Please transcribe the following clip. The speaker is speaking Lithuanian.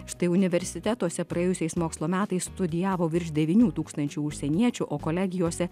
štai universitetuose praėjusiais mokslo metais studijavo virš devynių tūkstančių užsieniečių o kolegijose